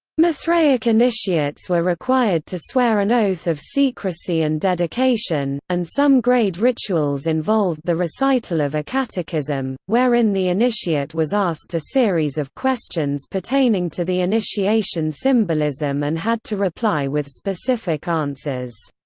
mithraic initiates were required to swear an oath of secrecy and dedication, and some grade rituals involved the recital of a catechism, wherein the initiate was asked a series of questions pertaining to the initiation symbolism and had to reply with specific answers.